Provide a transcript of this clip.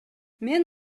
мен